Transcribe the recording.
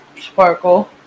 Sparkle